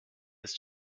ist